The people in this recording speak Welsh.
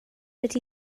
wedi